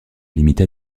limite